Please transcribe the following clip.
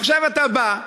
עכשיו אתה בא,